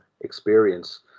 experience